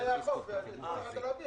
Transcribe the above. במקרה ואתמול היה החוק ולא יכולת להביא,